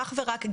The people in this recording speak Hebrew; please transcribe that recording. אך ורק,